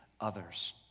others